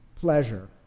pleasure